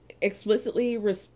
explicitly